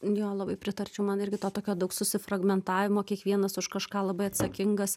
jo labai pritarčiau man irgi to tokio daug susi fragmentavimo kiekvienas už kažką labai atsakingas